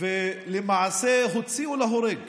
ולמעשה הוציאו להורג